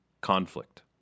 conflict